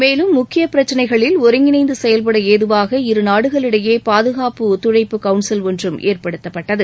மேலும் முக்கியப் பிரச்னைகளில் ஒருங்கிணைந்து செயல்பட ஏதுவாக இருநாடுகளிடையே பாதுகாப்பு ஒத்துழைப்பு கவுன்சில் ஒன்றும் ஏற்படுத்தப்பட்டது